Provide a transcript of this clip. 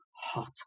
hot